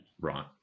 Right